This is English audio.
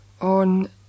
on